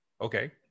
Okay